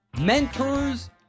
mentors